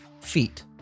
feet